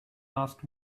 last